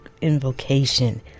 invocation